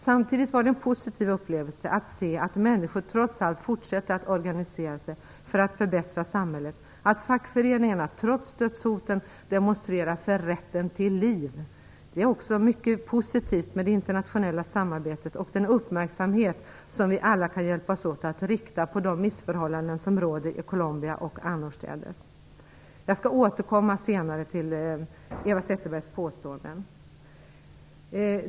Samtidigt var det en positiv upplevelse att se att människor trots allt fortsätter att organisera sig för att förbättra samhället, att fackföreningarna trots dödshoten demonstrerar för rätten till liv. Det är också mycket positivt med det internationella samarbetet och den uppmärksamhet som vi alla kan hjälpas åt att rikta mot de missförhållanden som råder i Colombia och annorstädes. Jag skall senare återkomma till Eva Zetterbergs påståenden.